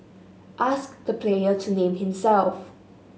ask the player to name himself